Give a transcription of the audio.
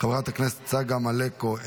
חברת הכנסת צגה מלקו,